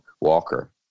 walker